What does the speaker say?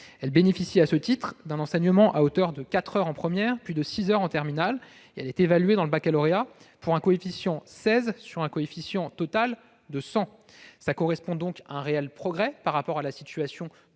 Elle bénéficie à ce titre d'un enseignement à hauteur de 4 heures en première, puis de 6 heures en terminale. Elle est évaluée dans le baccalauréat pour un coefficient 16 sur un coefficient total de 100. Cela correspond à un réel progrès par rapport à la situation